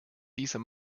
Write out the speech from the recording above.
dieser